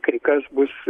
kai kas bus